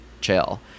chill